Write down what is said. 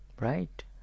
Right